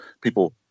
people